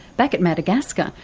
back at madagascar,